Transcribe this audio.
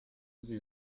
sie